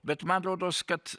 bet man rodos kad